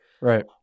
Right